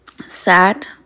sad